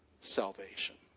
salvation